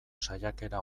saiakera